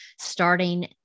starting